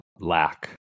lack